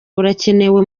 burakenewe